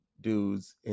dudes